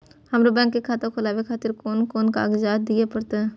हमरो बैंक के खाता खोलाबे खातिर कोन कोन कागजात दीये परतें?